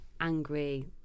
angry